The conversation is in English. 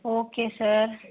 okay sir